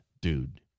dude